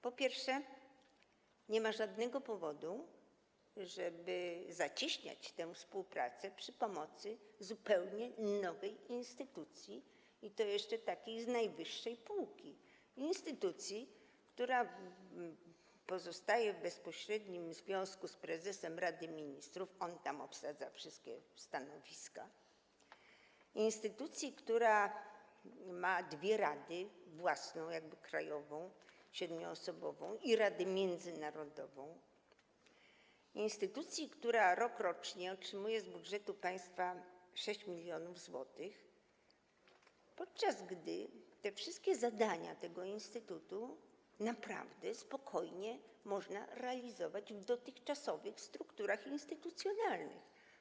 Przede wszystkim nie ma żadnego powodu, żeby zacieśniać tę współpracę przy pomocy zupełnie nowej instytucji, i to jeszcze takiej z najwyższej półki - instytucji, która pozostaje w bezpośrednim związku z prezesem Rady Ministrów - on tam obsadza wszystkie stanowiska - instytucji, która ma dwie rady: własną, jakby krajową, 7-osobową, i międzynarodową, instytucji, która rokrocznie otrzymuje z budżetu państwa 6 mln zł, podczas gdy wszystkie zadania tego instytutu naprawdę spokojnie można realizować w ramach dotychczasowych struktur instytucjonalnych.